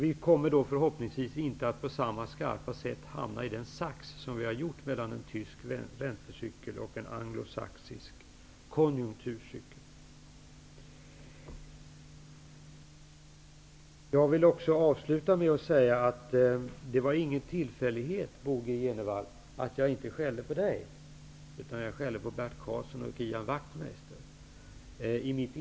Vi kommer då förhoppningsvis inte att på samma skarpa sätt hamna i den sax som vi nu har hamnat i, mellan en tysk räntecykel och en anglosaxisk konjunkturcykel. Jag vill avsluta med att säga att det inte var någon tillfällighet att jag inte skällde på Bo G Jenevall. I mitt inlägg skällde jag på Bert Karlsson och Ian Wachtmeister.